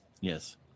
Yes